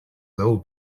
low